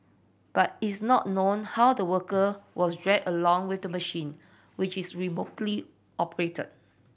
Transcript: but it's not known how the worker was dragged along with the machine which is remotely operated